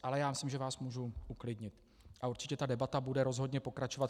Ale myslím, že vás můžu uklidnit, a určitě ta debata bude rozhodně pokračovat.